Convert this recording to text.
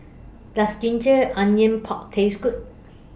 Does Ginger Onions Pork Taste Good